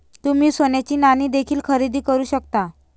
तुम्ही सोन्याची नाणी देखील खरेदी करू शकता